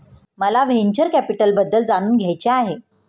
मला व्हेंचर कॅपिटलबद्दल जाणून घ्यायचे आहे